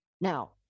Now